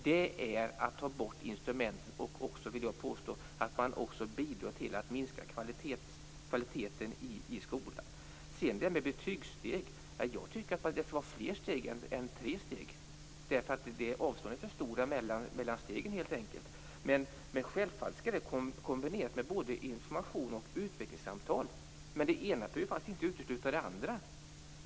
Detta är att ta bort instrument, och jag vill påstå att det bidrar till en försämring av kvaliteten i skolan. Vad gäller betygssteg tycker jag att det skall vara fler steg än tre, eftersom avstånden helt enkelt är för stora mellan stegen. Självfallet skall det kombineras med både information och utvecklingssamtal. Det ena behöver faktiskt inte utesluta det andra.